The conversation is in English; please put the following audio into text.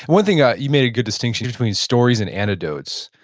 one thing, ah you made a good distinction between stories and anecdotes.